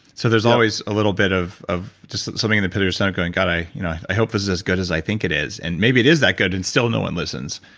so there's always a little bit of of something in the pit of your stomach going, god, i you know i hope this is as good as i think it is. and maybe it is that good and still no one listens,